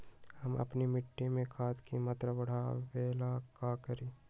हम अपना मिट्टी में खाद के मात्रा बढ़ा वे ला का करी?